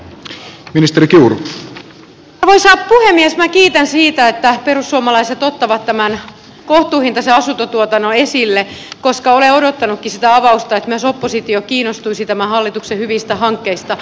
minä kiitän siitä että perussuomalaiset ottavat tämän kohtuuhintaisen asuntotuotannon esille koska olen odottanutkin sitä avausta että myös oppositio kiinnostuisi tämän hallituksen hyvistä hankkeista